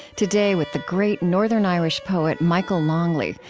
today, with the great northern irish poet michael longley,